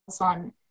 on